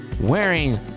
wearing